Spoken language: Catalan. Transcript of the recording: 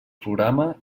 programa